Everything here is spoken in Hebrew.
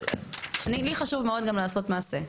לי חשוב מאוד גם לעשות מעשה.